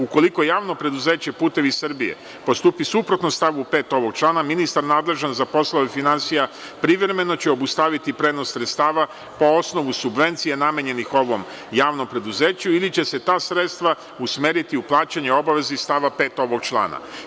Ukoliko Javno preduzeće „Putevi Srbije“ postupi suprotno stavu 5. ovog člana, ministar nadležan za poslove finansija privremeno će obustaviti prenos sredstava po osnovu subvencija namenjenih ovom javnom preduzeću ili će se ta sredstva usmeriti u plaćanje obaveza iz stava 5. ovog člana.